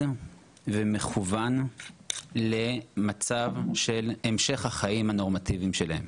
ומכוון למצב של המשך החיים הנורמטיביים שלהם.